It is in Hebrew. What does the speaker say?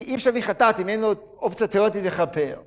אי אפשר להביא חטאת אם אין אופציה תאורטית לכפר.